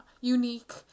unique